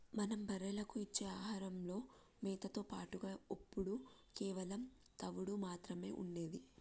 మనం బర్రెలకు ఇచ్చే ఆహారంలో మేతతో పాటుగా ఒప్పుడు కేవలం తవుడు మాత్రమే ఉండేది